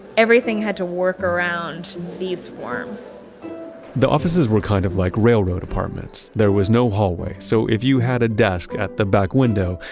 everything had to work around these forms the offices were kind of like railroad apartments. there was no hallway. so if you had a desk at the back window,